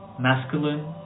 masculine